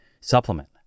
supplement